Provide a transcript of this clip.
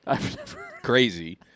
crazy